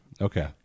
Okay